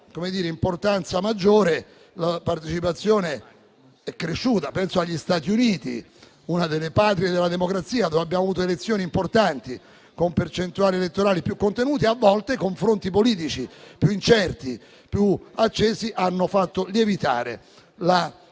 la partecipazione è cresciuta. Penso agli Stati Uniti, una delle patrie della democrazia, dove abbiamo avuto elezioni importanti con percentuali elettorali più contenute e dove a volte i confronti politici più incerti e più accesi hanno fatto lievitare la quantità dei